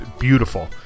beautiful